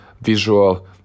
visual